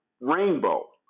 rainbow